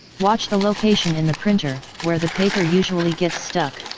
watch the location in the printer where the paper usually gets stuck.